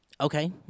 Okay